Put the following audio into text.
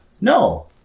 No